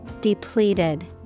depleted